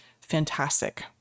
fantastic